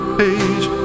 page